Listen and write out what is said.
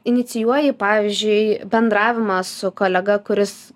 inicijuoji pavyzdžiui bendravimą su kolega kuris